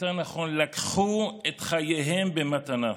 או יותר נכון לקחו, את חייהם במתנה.